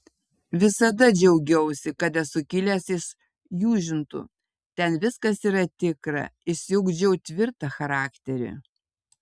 visada džiaugiausi kad esu kilęs iš jūžintų ten viskas yra tikra išsiugdžiau tvirtą charakterį